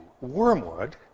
Wormwood